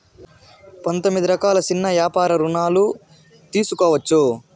తొమ్మిది రకాల సిన్న యాపార రుణాలు తీసుకోవచ్చు